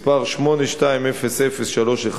מס' 820031,